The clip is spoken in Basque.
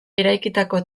eraikitako